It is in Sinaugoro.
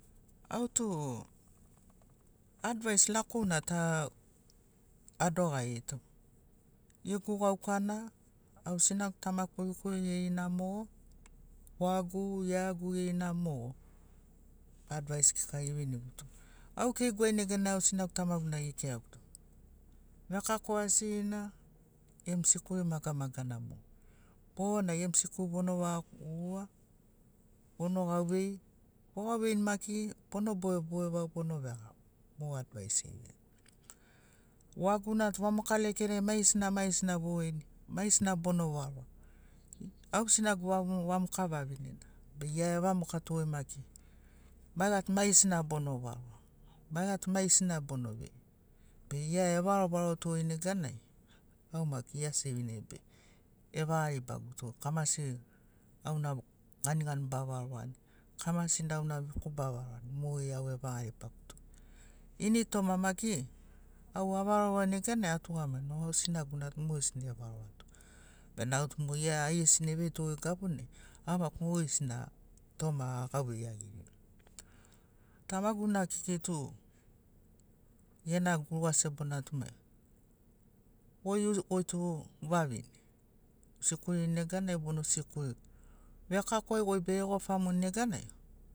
Au tu edvais lakouna ta adogarito gegu gauka na au sinagu tamagu korikori geri na mogo wagu iaiagu geri na mogo edvais kika giviniguto. Au keiguai neganai au sinagu tamagu na gikiraguto vekako asigina gemu sikuri magamaga na mogo bo na gemu sikuri bona vaga gugurua bono gauvei bo gauveini maki bono bogeboge vau bono vegarago mo advais geveiato. Wagu na tu vamoka lekei nai maigesina maigesina boveini maigesina bono varo au sinagu tu vamoka vavinena be gia e vamokato goi maki maiga tu maigesina bono varoa maiga tu maigesina bono vei be gia e varovaroto goi neganai au maki gia sevinai be evaga ribaguto goi kamasi auna ganigani ba varoani kamasina auna biku ba varoani mogeri au evaga ribaguto. Ini toma maki au a varovaroni neganai atugamagin oh au sinagu na tu mogesina evaroato bena au tu ia aigesina eveito goi gabunai au maki mogesina toma agauvei iagirini. Tamagu na kekei tu gena guruga sebona tu maiga goi tu vavine u sikurin neganai bono sikuri. Vekako ai goi bege gofamuni neganai